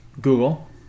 Google